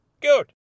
Good